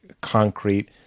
concrete